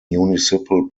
municipal